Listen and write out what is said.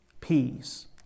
peace